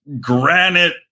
granite